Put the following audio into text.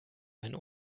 mein